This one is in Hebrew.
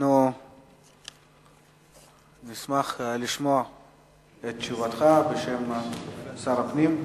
אנחנו נשמח לשמוע את תשובתך בשם שר הפנים.